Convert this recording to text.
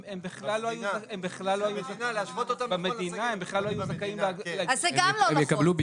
הם בכלל לא היו זכאים --- זה גם לא נכון,